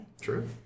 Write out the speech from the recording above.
True